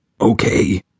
Okay